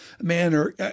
manner